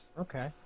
Okay